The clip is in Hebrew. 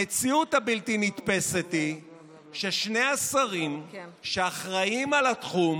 המציאות הבלתי-נתפסת היא ששני השרים שאחראים לתחום,